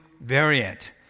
variant